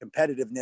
competitiveness